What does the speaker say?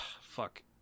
Fuck